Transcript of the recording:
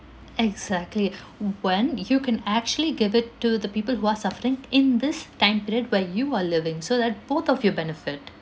exactly when you can actually give it to the people who are suffering in this time period where you are living so that both of you benefit